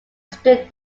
stood